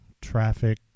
Traffic